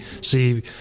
see